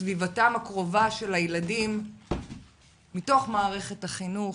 שסביבתם הקרובה של הילדים מתוך מערכת החינוך,